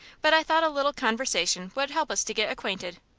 but i thought a little conversation would help us to get acquainted.